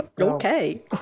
Okay